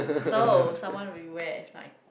so someone we